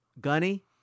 Gunny